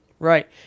Right